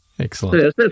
Excellent